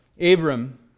Abram